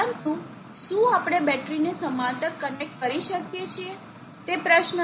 પરંતુ શું આપણે બેટરીને સમાંતર કનેક્ટ કરી શકીએ છીએ તે પ્રશ્ન છે